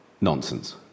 nonsense